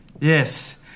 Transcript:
Yes